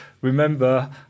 remember